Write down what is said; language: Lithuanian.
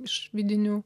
iš vidinių